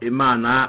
Imana